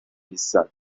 نیستن